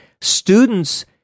Students